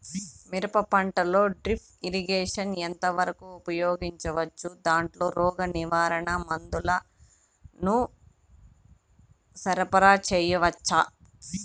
మిరప పంటలో drip irrigation ఎంత వరకు ఉపయోగించవచ్చు, దాంట్లో రోగ నివారణ మందుల ను సరఫరా చేయవచ్చా?